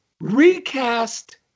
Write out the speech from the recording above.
recast